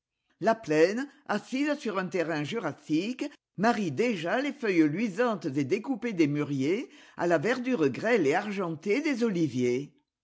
la plaine assise sur un terrain jurassique marie déjà les feuilles luisantes et découpées des mûriers à la verdure grêle et argentée des oliviers